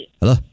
Hello